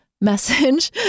message